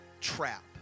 trap